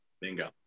Bingo